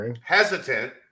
hesitant